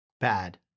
Bad